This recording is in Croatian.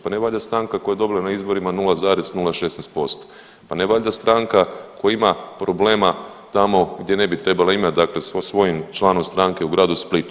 Pa ne valjda stranka koja je dobila na izborima 0,016%, pa ne valjda stranka koja ima problema tamo gdje ne bi trebala imat dakle sa svojim članom stranke u gradu Splitu?